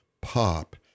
pop